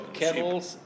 kettles